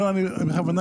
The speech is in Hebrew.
אני רוצה כן לפרט.